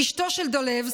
אשתו של דולב,